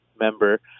Member